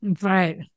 Right